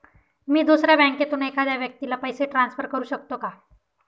मी दुसऱ्या बँकेतून एखाद्या व्यक्ती ला पैसे ट्रान्सफर करु शकतो का?